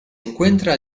encuentra